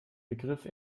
begriff